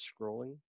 scrolling